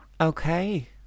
Okay